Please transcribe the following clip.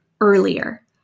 earlier